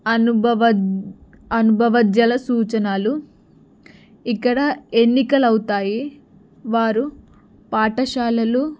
అనుభవ అనుభవజ్ఞులు సూచనలు ఇక్కడ ఎన్నిక అవుతాయి వారు పాఠశాలలు